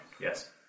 Yes